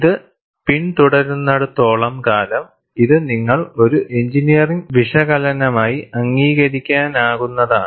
ഇത് പിന്തുടരുന്നിടത്തോളം കാലം ഇത് നിങ്ങൾ ഒരു എഞ്ചിനീയറിംഗ് വിശകലനമായി അംഗീകരിക്കാകുന്നതാണ്